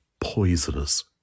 poisonous